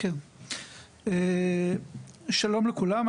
שלום לכולם.